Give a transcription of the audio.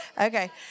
okay